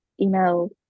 email